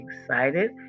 excited